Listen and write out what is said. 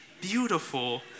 beautiful